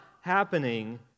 happening